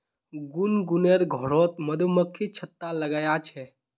गुनगुनेर घरोत मधुमक्खी छत्ता लगाया छे